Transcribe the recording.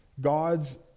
God's